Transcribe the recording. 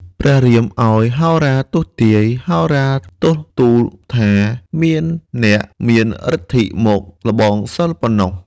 ព្រះរាមឱ្យហោរាទស្សន៍ទាយ ហោរាទស្សន៍ទូលថា មានអ្នកមានឫទ្ធិមកល្បងសិល្ប៍ប៉ុណ្ណោះទេ។